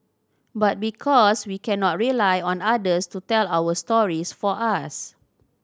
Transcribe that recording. but because we cannot rely on others to tell our stories for us